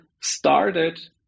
started